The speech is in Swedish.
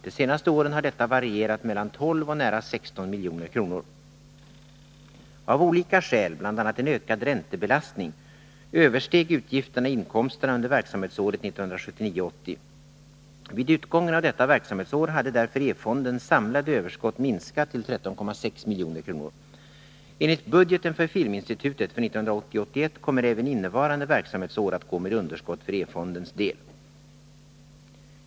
De senaste åren har detta varierat mellan 12 och nära 16 milj.kr. Av olika skäl, bl.a. en ökad räntebelastning, översteg utgifterna inkomsterna under verksamhetsåret 1979 81 kommer även innevarande verksamhetsår att gå med underskott för E-fondens del.